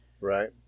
Right